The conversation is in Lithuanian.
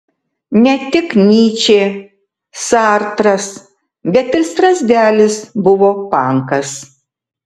ne tik nyčė sartras bet ir strazdelis buvo pankas